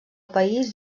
país